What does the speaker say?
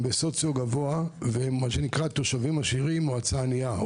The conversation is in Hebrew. בסוציו גבוה והן מה שנקרא תושבים עשירים ומועצה ענייה,